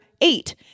eight